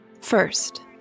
First